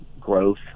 growth